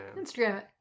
Instagram